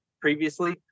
previously